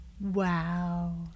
Wow